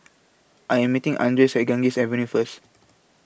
I Am meeting Andres At Ganges Avenue First